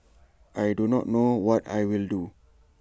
I do not know what I will do